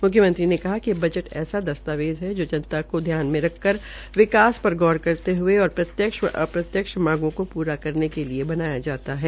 मुख्यमंत्री ने कहा कि बजट ऐसा दस्तावेज है जो जनता को ध्यान में रखकर विकास पर गौर करते हये और प्रत्यक्ष व अप्रत्यक्ष मांगों को पूरा करने के लिए बनाया जाता है